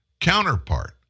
counterpart